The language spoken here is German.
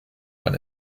man